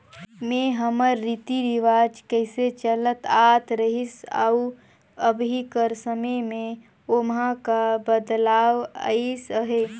में हमर रीति रिवाज कइसे चलत आत रहिस अउ अभीं कर समे में ओम्हां का बदलाव अइस अहे